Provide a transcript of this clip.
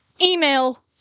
email